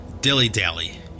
dilly-dally